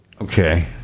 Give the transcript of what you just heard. Okay